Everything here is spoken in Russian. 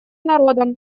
народам